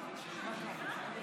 שר המשפטים